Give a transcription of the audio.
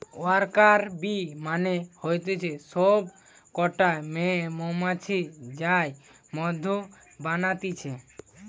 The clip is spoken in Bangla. ওয়ার্কার বী মানে হতিছে সব কটা মেয়ে মৌমাছি যারা মধু বানাতিছে